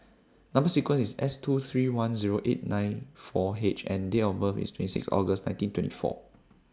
Number sequence IS S two three one Zero eight nine four H and Date of birth IS twenty six August nineteen twenty four